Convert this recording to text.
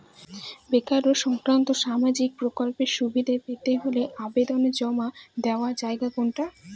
বেকারত্ব সংক্রান্ত সামাজিক প্রকল্পের সুবিধে পেতে হলে আবেদন জমা দেওয়ার জায়গা কোনটা?